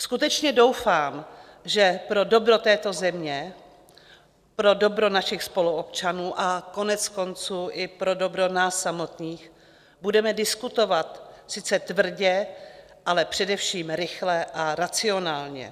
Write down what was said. Skutečně doufám, že pro dobro této země, pro dobro našich spoluobčanů a koneckonců i pro dobro nás samotných budeme diskutovat sice tvrdě, ale především rychle a racionálně.